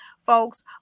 folks